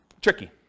tricky